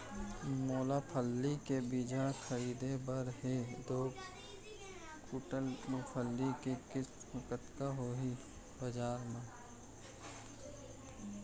मोला फल्ली के बीजहा खरीदे बर हे दो कुंटल मूंगफली के किम्मत कतका होही बजार म?